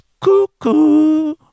cuckoo